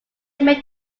make